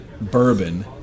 bourbon